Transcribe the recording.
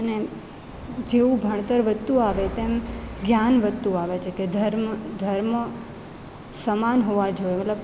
અને જેવું ભણતર વધતું આવે તેમ જ્ઞાન વધતું આવે છે કે ધર્મ ધર્મ સમાન હોવા જોઇએ મતલબ